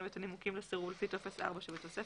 ואת הנימוקים לסירוב לפי טופס 4 שבתוספת.